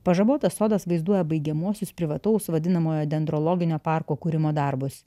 pažabotas sodas vaizduoja baigiamuosius privataus vadinamojo dendrologinio parko kūrimo darbus